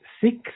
six